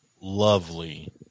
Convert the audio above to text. lovely